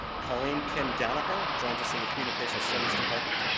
colleen kim-daniher joins us in the communications studies department,